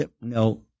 No